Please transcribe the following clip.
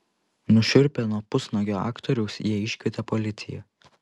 nušiurpę nuo pusnuogio aktoriaus jie iškvietė policiją